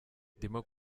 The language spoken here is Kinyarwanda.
ndimo